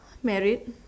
married